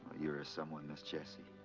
you're ah someone, miss jessie.